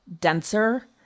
denser